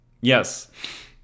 yes